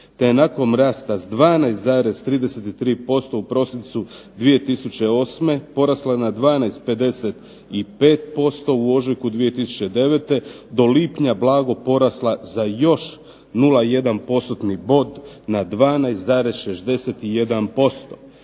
"te je nakon rasta s 12,33% u prosincu 2008. porasla na 12,55% u ožujku 2009. do lipnja blago porasla za još 0,1 postotni bod na 12,61%."